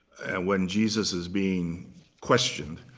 when jesus is being questioned,